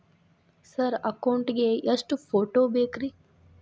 Sir account ಗೇ ಎಷ್ಟು photo ಬೇಕ್ರಿ?